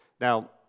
Now